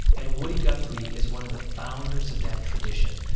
and woody guthrie is one of the founders of that tradition.